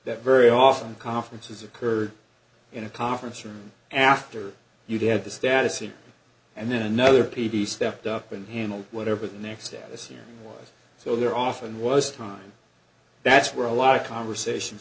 that very often conferences occurred in a conference room after you get the status here and then another piece stepped up and handle whatever the next day this year was so there are often was a time that's where a lot of conversations